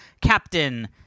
Captain